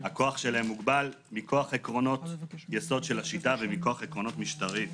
הכוח שלהם מוגבל מכוח עקרונות יסוד של השיטה ומכוח עקרונות משטרים.